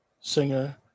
singer